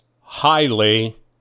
highly